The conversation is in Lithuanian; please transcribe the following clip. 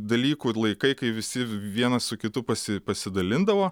dalykų laikai kai visi vienas su kitu pasi pasidalindavo